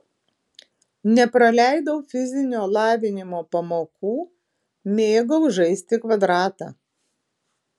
nepraleidau fizinio lavinimo pamokų mėgau žaisti kvadratą